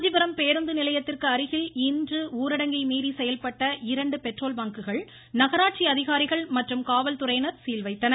காஞ்சிபுரம் பேருந்து நிலையத்திற்கு அருகில் இன்று ஊரடங்கை மீறி செயல்பட்ட இரு பெட்ரோல் பங்குகளுக்கு நகராட்சி அதிகாரிகள் மற்றும் காவல்துறையினர் சீல் வைத்தனர்